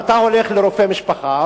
אתה הולך לרופא משפחה,